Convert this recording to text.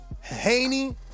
Haney